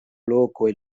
lokoj